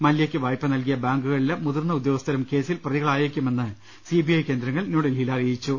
മല്യയ്ക്ക് വായ്പ നൽകിയ ബാങ്കുകളിലെ മുതിർന്ന ഉദ്യോഗസ്ഥരും കേസിൽ പ്രതികളായേക്കുമെന്ന് സി ബി ഐ കേന്ദ്രങ്ങൾ ന്യൂഡൽഹിയിൽ അറിയിച്ചു